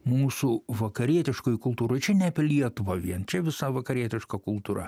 mūsų vakarietiškoj kultūroj čia ne apie lietuvą vien čia visa vakarietiška kultūra